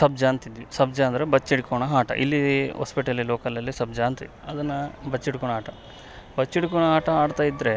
ಸಬ್ಜಾ ಅಂತಿದ್ವಿ ಸಬ್ಜಾ ಅಂದರೆ ಬಚ್ಚಿಟ್ಕೋಳೊ ಆಟ ಇಲ್ಲೀ ಹೊಸಪೇಟೆಲೆಲಿ ಲೋಕಲಲ್ಲಿ ಸಬ್ಜಾ ಅಂತೀವಿ ಅದನ್ನು ಬಚ್ಚಿಟ್ಕೋಳೊ ಆಟ ಬಚ್ಚಿಟ್ಕೋಳೊ ಆಟ ಆಡ್ತಾಯಿದ್ರೆ